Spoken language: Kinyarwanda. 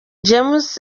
james